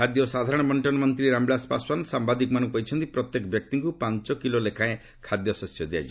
ଖାଦ୍ୟ ଓ ସାଧାରଣ ବଙ୍କନ ମନ୍ତ୍ରୀ ରାମବିଳାଶ ପାଶ୍ୱାନ ସାମ୍ଭାଦିକମାନଙ୍କୁ କହିଛନ୍ତି ପ୍ରତ୍ୟେକ ବ୍ୟକ୍ତିଙ୍କୁ ପାଞ୍ଚ କିଲୋ ଲେଖାଏଁ ଖାଦ୍ୟ ଶସ୍ୟ ଦିଆଯିବ